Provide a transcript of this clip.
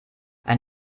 ein